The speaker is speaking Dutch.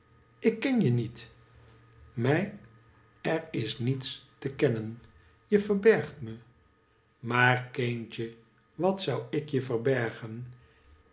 ik ken je niet mij er is niets te kennen je verbergt me maar kindje wat zou ik je verbergen